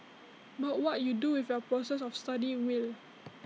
but what you do with your process of study will